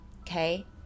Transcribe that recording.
Okay